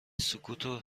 سکوتو